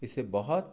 इसे बहुत